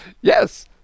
Yes